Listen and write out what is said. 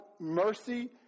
mercy